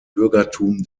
bürgertum